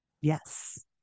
Yes